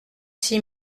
six